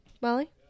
Molly